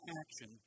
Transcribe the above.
action